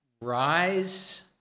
rise